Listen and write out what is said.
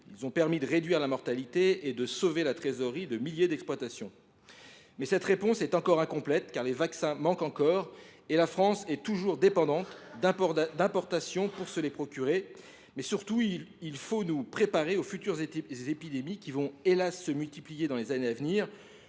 ils ont permis de réduire la mortalité et de sauver la trésorerie de milliers d’exploitations. Pour autant, cette réponse est incomplète, car les vaccins manquent toujours et la France est encore dépendante d’importations pour se les procurer. Surtout, il nous faut nous préparer aux futures épidémies, qui vont se multiplier dans les années à venir.